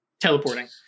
teleporting